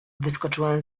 wyskoczyłem